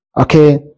Okay